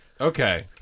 Okay